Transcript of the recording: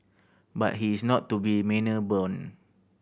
but he is not to be manor born